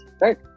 right